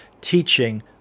teaching